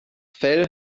fell